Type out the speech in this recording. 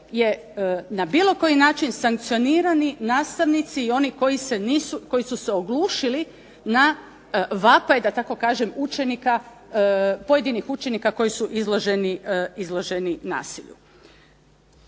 na bilo koji način sankcionirani nastavnici i oni koji su se oglušili na vapaj učenika, pojedinih učenika koji su izloženi nasilju.